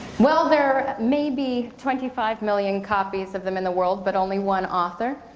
well, there may be twenty five million copies of them in the world, but only one author.